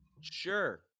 Sure